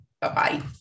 Bye-bye